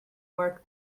work